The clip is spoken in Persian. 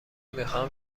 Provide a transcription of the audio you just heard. میخواهم